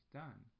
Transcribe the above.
done